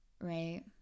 Right